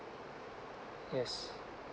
yes